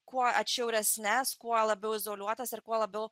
kuo atšiauresnes kuo labiau izoliuotas ir kuo labiau